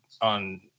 on